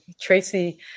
Tracy